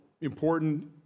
important